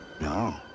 No